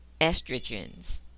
estrogens